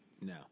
No